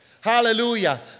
Hallelujah